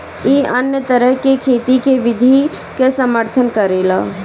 इ अन्य तरह के खेती के विधि के समर्थन करेला